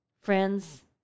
Friends